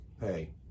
hey